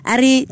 Ari